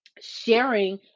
sharing